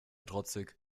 trotzig